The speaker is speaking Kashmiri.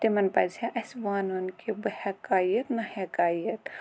تِمَن پزِہا اَسہِ وَنُن کہِ بٕہ ہیٚکَا یِتھ نہ ہیٚکا یِتھ